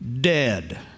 Dead